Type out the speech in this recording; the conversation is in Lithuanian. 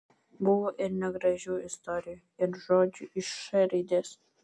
buvo ir negražių istorijų ir žodžių iš š raidės